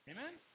Amen